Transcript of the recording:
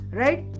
right